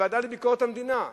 בוועדה לביקורת המדינה,